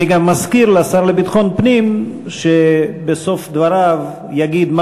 אני גם מזכיר לשר לביטחון הפנים שבסוף דבריו יגיד מה